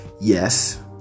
Yes